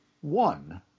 one